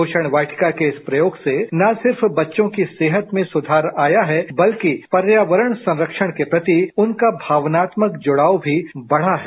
पोषण वाटिका के इस प्रयोग से न सिर्फ बच्चो की सेहत में सूधार आया है बल्कि पर्यावरण संरक्षण के प्रति उनका भावनात्मक जुड़ाव भी बढ़ा है